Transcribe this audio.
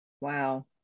Wow